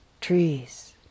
trees